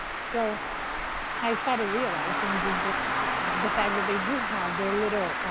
so i started realizing just the the fact that they do have their little